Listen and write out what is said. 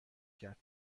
کرد